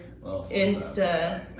Insta